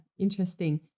Interesting